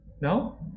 No